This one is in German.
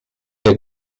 der